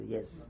Yes